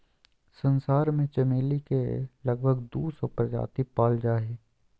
संसार में चमेली के लगभग दू सौ प्रजाति पाल जा हइ